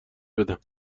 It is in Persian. بدم